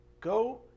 Go